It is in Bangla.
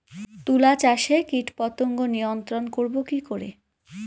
তুলা চাষে কীটপতঙ্গ নিয়ন্ত্রণর করব কি করে?